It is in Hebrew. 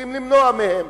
רוצים למנוע מהם.